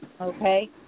Okay